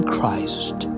Christ